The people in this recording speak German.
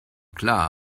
klar